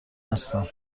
هستم